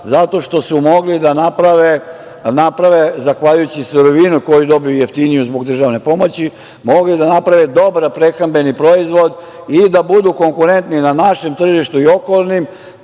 zato što su mogli da naprave, zahvaljujući sirovini koju dobiju jeftiniju zbog državne pomoći, mogli da naprave dobar prehrambeni proizvod i da budu konkurentni na našem tržištu i okolnim,